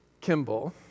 Kimball